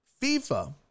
FIFA